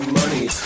money